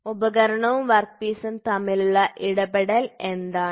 ഉപകരണവും വർക്ക്പീസും തമ്മിലുള്ള ഇടപെടൽ എന്താണ്